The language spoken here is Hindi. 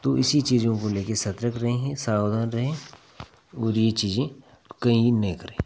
तो इसी चीजों को ले कर सतर्क रहें सावधान रहें और ये चीजें कहीं नहीं करें